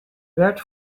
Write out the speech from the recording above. werd